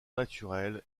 naturels